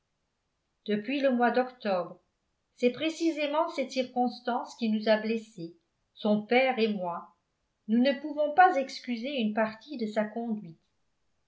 depuis le mois d'octobre c'est précisément cette circonstance qui nous a blessés son père et moi nous ne pouvons pas excuser une partie de sa conduite